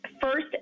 first